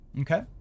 Okay